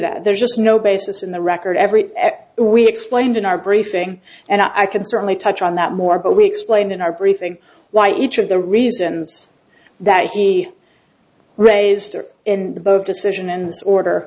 that there's just no basis in the record every we explained in our briefing and i can certainly touch on that more but we explained in our briefing why each of the reasons that he raised in the both decision in this order